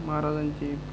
महाराजांचे